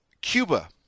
Cuba